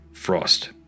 frost